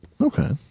Okay